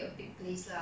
things like that